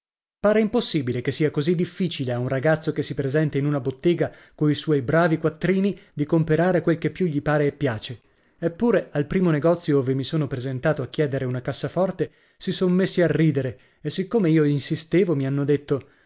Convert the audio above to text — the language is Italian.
pare impossibile che sia così difficile a un ragazzo che si presenta in una bottega coi suoi bravi quattrini di comperare quel che più gli pare e piace eppure al primo negozio ove mi sono presentato a chiedere una cassaforte si son messi a ridere e siccome io insistevo mi hanno detto